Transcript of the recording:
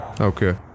Okay